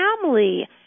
family